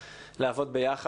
לעבוד ביחד.